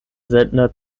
seltener